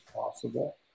possible